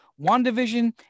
WandaVision